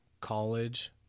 college